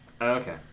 Okay